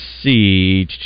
see